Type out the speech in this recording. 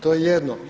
To je jedno.